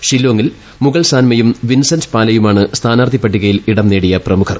ഷില്ലോങ്ങിൽ മുഗൾസാൻമയും വിൻസന്റ് പാലയുമാണ് സ്ഥാനാർത്ഥി പട്ടികയിൽ ഇടം നേടിയ പ്രമുഖർ